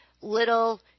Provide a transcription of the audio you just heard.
little